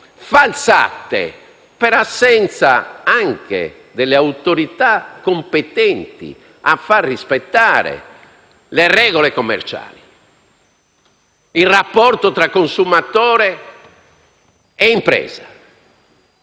falsate per assenza delle autorità competenti nel far rispettare le regole commerciali, il rapporto tra consumatore e impresa,